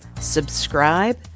subscribe